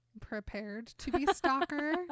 prepared-to-be-stalker